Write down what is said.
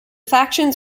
factions